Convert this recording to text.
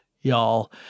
y'all